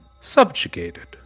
subjugated